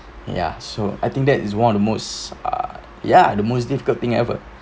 ya so I think that is one of the most ah ya the most difficult thing ever